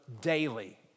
daily